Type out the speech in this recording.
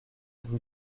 rue